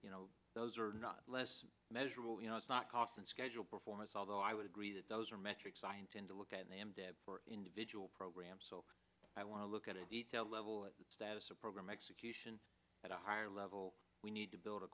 you know those are not less measurable you know it's not cost and schedule performance although i would agree that those are metrics i intend to look at them for individual programs so i want to look at a detail level status of program execution at a higher level we need to build a